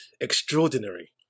extraordinary